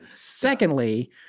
Secondly